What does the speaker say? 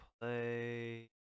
play